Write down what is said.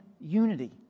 unity